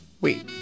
wait